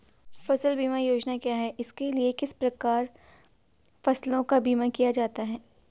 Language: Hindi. फ़सल बीमा योजना क्या है इसके लिए किस प्रकार फसलों का बीमा किया जाता है?